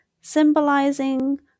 symbolizing